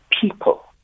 people